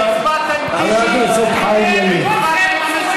אל תהיה צבוע.